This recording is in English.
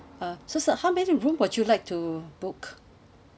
uh so sir how many room would you like to book